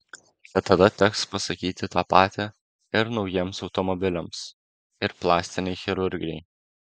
bet tada teks pasakyti tą patį ir naujiems automobiliams ir plastinei chirurgijai